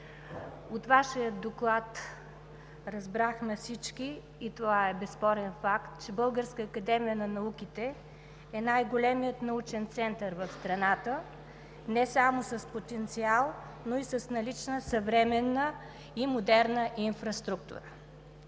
От Вашия доклад всички разбрахме, и това е безспорен факт, че Българската академия на науките е най-големият научен център в страната не само с потенциал, но и с налична съвременна и модерна инфраструктура.